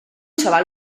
xaval